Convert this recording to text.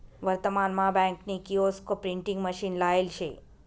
वर्तमान मा बँक नी किओस्क प्रिंटिंग मशीन लायेल शे